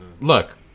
Look